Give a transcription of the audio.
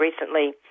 recently